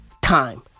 time